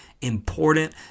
important